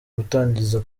gutangiza